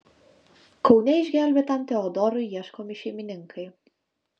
kaune išgelbėtam teodorui ieškomi šeimininkai